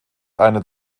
eine